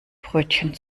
brötchen